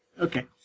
Okay